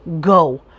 go